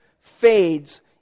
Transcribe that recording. fades